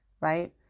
right